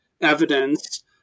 evidence